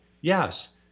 Yes